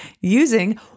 using